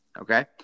okay